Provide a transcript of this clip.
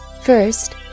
First